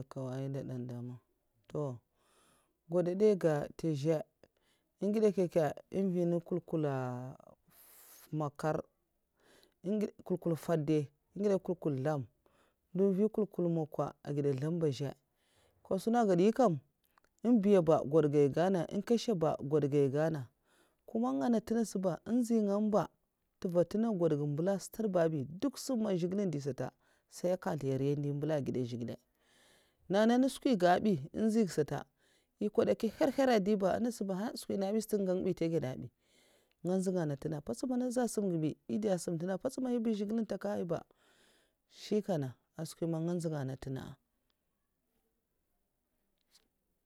Kawaye da dan damma gwadadai ga ntè zè ngidè nkyènkyè un mvi nènga nkulnkul. ff makar ngidè nkulnkul nfèd dai ngidè nkylnkul nzlèm mvu nkulnkul makwa agida zlèm ba zhè nkè sauna ngèd nyè kam inbiyaba ngwodga èh gana nkèsh ba ngwodga èh gana kuma ngana ntè nènga saba nga nzyè nga ba ntènna ntèva ntènga ngwodga mbulangsata azbay duk sam man zhigilè ndia ba sai nkazlèiya nri ndèmnan mbulanga a gèd zhigila nyana nna swki kabi èh nstsuga sata èh nkwadakyèaka nhèr nhèr ndi ba anasaba ntè gèd èhènn swki nabi sat ba ntègèd da bi nga nzyè nga na ntènna mpèts man aza samm nga bi èh ndè a sam ntè nènga mpètsa man èh aza sam ntè nènga mpèts man zhigilèn ntèkahyè ba shikènan skwi man ngè nzhèy nga na ntènna.